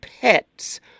pets